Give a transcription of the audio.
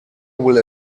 will